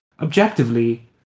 Objectively